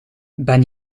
ben